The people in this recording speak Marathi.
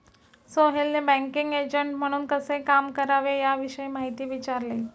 सोहेलने बँकिंग एजंट म्हणून कसे काम करावे याविषयी माहिती विचारली